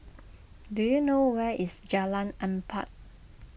do you know where is Jalan Empat